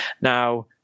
Now